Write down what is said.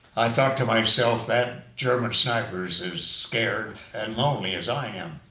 i thought to myself that german sniper is as scared and lonely as i am.